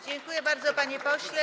Dziękuję bardzo, panie pośle.